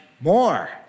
more